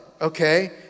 okay